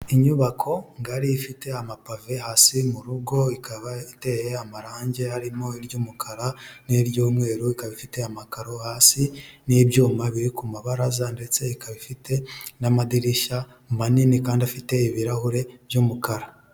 Inyubako ngari ifite amapave hasi mu rugo ikaba iteye amarange harimo iry'umukara n'iry'umweru, ika bifite amakaro hasi n'ibyuma biri ku mabaraza ndetse ikaba ifite n'amadirishya manini kandi afite ibirahure by'umukara.